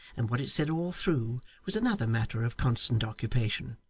and what it said all through, was another matter of constant occupation.